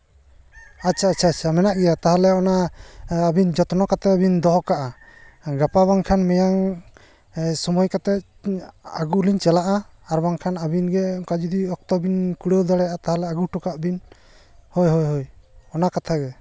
ᱟᱪᱪᱷᱟ ᱟᱪᱪᱷᱟ ᱟᱪᱪᱷᱟ ᱢᱮᱱᱟᱜ ᱜᱮᱭᱟ ᱛᱟᱦᱚᱞᱮ ᱟᱹᱵᱤᱱ ᱡᱚᱛᱱᱚ ᱠᱟᱛᱮ ᱵᱤᱱ ᱫᱚᱦᱚ ᱠᱟᱜᱼᱟ ᱜᱟᱯᱟ ᱵᱟᱝᱠᱷᱟᱱ ᱢᱮᱭᱟᱝ ᱥᱚᱢᱚᱭ ᱠᱟᱛᱮ ᱟᱜᱩᱞᱤᱧ ᱪᱟᱞᱟᱜᱼᱟ ᱟᱨ ᱵᱟᱝᱠᱷᱟᱱ ᱟᱵᱤᱱ ᱜᱮ ᱚᱱᱠᱟ ᱡᱩᱫᱤ ᱚᱠᱛᱚ ᱵᱤᱱ ᱠᱩᱲᱟᱹᱣ ᱫᱟᱲᱭᱟᱜᱼᱟ ᱛᱟᱦᱚᱞᱮ ᱟᱜᱩ ᱦᱚᱴᱚ ᱠᱟᱜ ᱵᱤᱱ ᱦᱳᱭ ᱦᱳᱭ ᱦᱳᱭ ᱚᱱᱟ ᱠᱟᱛᱷᱟ ᱜᱮ